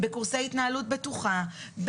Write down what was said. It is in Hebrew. בקורסי התנהלות בטוחה,